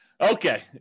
Okay